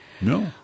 No